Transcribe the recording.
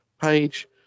page